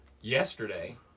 yesterday